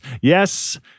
Yes